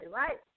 right